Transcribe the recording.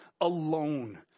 alone